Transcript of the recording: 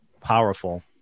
powerful